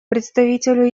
представителю